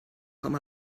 com